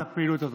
את הפעילות הזאת.